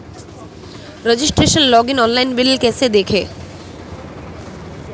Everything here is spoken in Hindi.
रजिस्ट्रेशन लॉगइन ऑनलाइन बिल कैसे देखें?